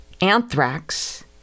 anthrax